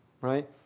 Right